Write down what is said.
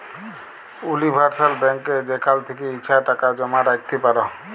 universal ব্যাংকে যেখাল থ্যাকে ইছা টাকা জমা রাইখতে পার